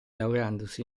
laureandosi